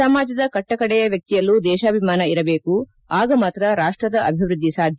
ಸಮಾಜದ ಕಟ್ಟಕಡೆಯ ವ್ಯಕ್ತಿಯಲ್ಲೂ ದೇಶಾಭಿಮಾನ ಇರಬೇಕು ಆಗ ಮಾತ್ರಾ ರಾಷ್ಟ್ರದ ಅಭಿವೃದ್ದಿ ಸಾಧ್ಯ